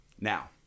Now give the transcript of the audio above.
Now